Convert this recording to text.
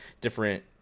different